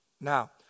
Now